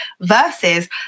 versus